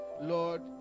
Lord